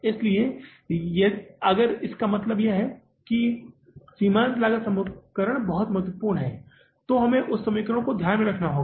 इसलिए अगर इसका मतलब है कि सीमांत लागत समीकरण बहुत महत्वपूर्ण है तो हमें उस समीकरण को ध्यान में रखना होगा